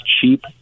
cheap